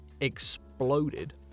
exploded